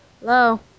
Hello